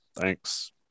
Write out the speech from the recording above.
Thanks